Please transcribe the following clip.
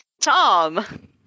Tom